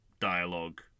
dialogue